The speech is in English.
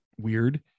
weird